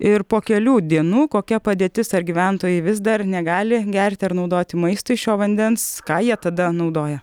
ir po kelių dienų kokia padėtis ar gyventojai vis dar negali gerti ar naudoti maistui šio vandens ką jie tada naudoja